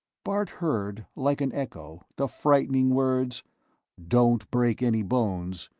bart heard, like an echo, the frightening words don't break any bones.